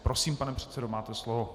Prosím, pane předsedo, máte slovo.